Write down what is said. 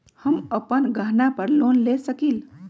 हम अपन गहना पर लोन ले सकील?